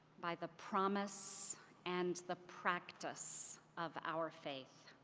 by the promise and the practice of our faith.